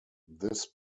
this